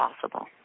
possible